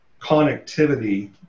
connectivity